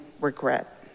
regret